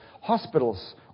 hospitals